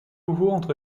rentre